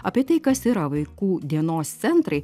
apie tai kas yra vaikų dienos centrai